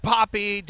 Poppy